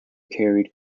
carried